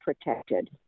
protected